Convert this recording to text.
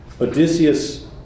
Odysseus